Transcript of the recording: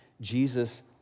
Jesus